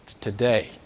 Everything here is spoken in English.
today